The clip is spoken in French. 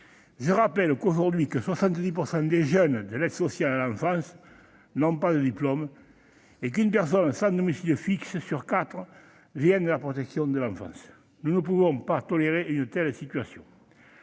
Je rappelle que, aujourd'hui, 70 % des jeunes de l'aide sociale à l'enfance n'ont pas de diplôme et qu'une personne sans domicile fixe sur quatre vient de la protection de l'enfance. Nous ne pouvons pas tolérer une telle situation.